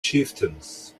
chieftains